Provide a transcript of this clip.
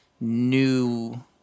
new